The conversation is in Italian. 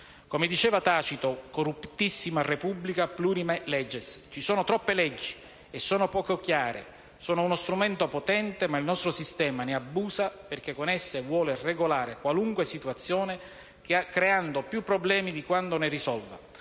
Come diceva Tacito: *corruptissima re publica plurimae leges*. Ci sono troppe leggi e sono poco chiare; sono uno strumento potente, ma il nostro sistema ne abusa perché con esse vuole regolare qualunque situazione creando più problemi di quanto ne risolva